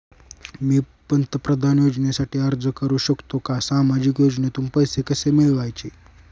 मी पंतप्रधान योजनेसाठी अर्ज करु शकतो का? सामाजिक योजनेतून पैसे कसे मिळवायचे